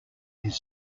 his